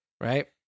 Right